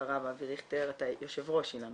אחריו אבי ריכטר מנכ"ל אילנות.